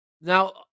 Now